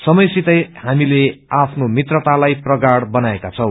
समय सितै हामीले आफ्नो मित्रतालाई प्रगाइ बनाएका छौ